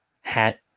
hat